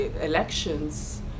elections